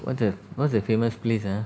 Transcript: what the what's the famous place ah